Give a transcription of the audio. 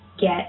get